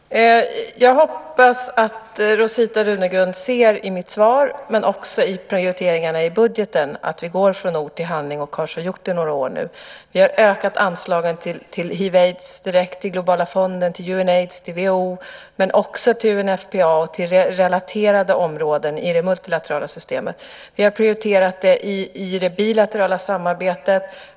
Herr talman! Jag hoppas att Rosita Runegrund ser i mitt svar men också i prioriteringarna i budgeten att vi går från ord till handling och har så gjort under några år. Vi har ökat anslagen till hiv/aids direkt till Globala fonden, UNAIDS och WHO men också till UNFPA och till relaterade områden i det multilaterala systemet. Vi har prioriterat det i det bilaterala samarbetet.